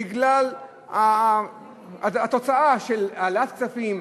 בגלל התוצאה של הוצאת כספים.